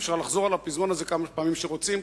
ואפשר לחזור על הפזמון הזה כמה פעמים שרוצים.